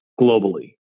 globally